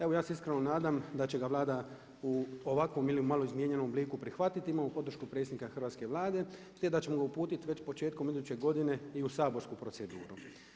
Evo ja se iskreno nadam da će ga Vlada u ovakvom ili u malo izmijenjenom obliku prihvatiti, imamo podršku predsjednika hrvatske Vlade te da ćemo ga uputiti već početkom iduće godine i u saborsku proceduru.